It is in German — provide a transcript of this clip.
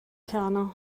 kerne